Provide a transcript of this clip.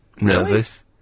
nervous